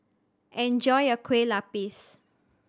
enjoy your Kueh Lupis